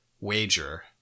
wager